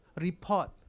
report